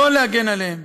לא להגן עליהם.